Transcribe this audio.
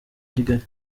kigali